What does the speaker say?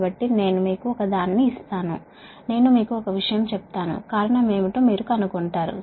కాబట్టి నేను మీకు ఒకదాన్ని ఇస్తాను నేను మీకు ఒక విషయం చెప్తాను కారణం ఏమిటో మీరు కనుగొంటారు